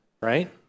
right